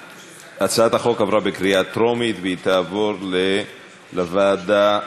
הצעת החוק עברה בקריאה טרומית והיא תעבור לוועדת העבודה,